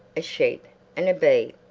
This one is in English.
a sheep and a bee.